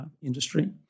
industry